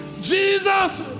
Jesus